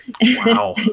Wow